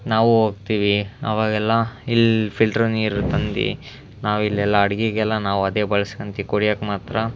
ನಾವು ಹೋಗ್ತೀವಿ ಆವಾಗೆಲ್ಲ ಇಲ್ಲಿ ಫಿಲ್ಟ್ರ್ ನೀರು ತಂದು ನಾವಿಲ್ಲೆಲ್ಲ ಅಡುಗೆಗೆಲ್ಲ ನಾವು ಅದೇ ಬಳಸ್ಕೊಂತೀವ್ ಕುಡಿಯೋಕ್ಕೆ ಮಾತ್ರ